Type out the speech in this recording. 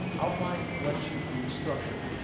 outline lets you you structure.